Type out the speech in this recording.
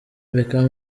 beckham